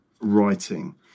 writing